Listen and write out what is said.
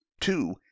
Two